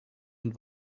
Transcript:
und